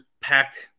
packed